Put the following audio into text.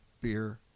beer